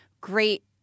great